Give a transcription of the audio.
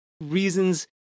reasons